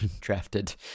drafted